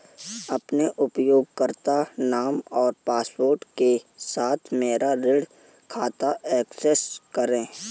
अपने उपयोगकर्ता नाम और पासवर्ड के साथ मेरा ऋण खाता एक्सेस करें